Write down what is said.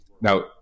Now